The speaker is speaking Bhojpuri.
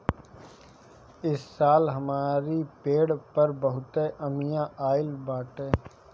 इस साल हमरी पेड़ पर बहुते अमिया आइल बाटे